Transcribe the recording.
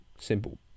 Simple